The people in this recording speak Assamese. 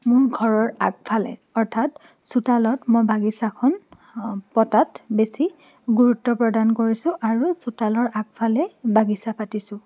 মোৰ ঘৰৰ আগফালে অৰ্থাৎ চোতালত মই বাগিচাখন পতাত বেছি গুৰুত্ব প্ৰদান কৰিছোঁ আৰু চোতালৰ আগফালে বাগিচা পাতিছোঁ